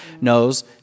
knows